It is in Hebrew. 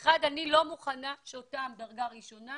אני לא מוכנה שאלה מדרגה ראשונה